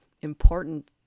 important